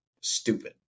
stupid